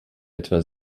etwa